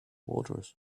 voters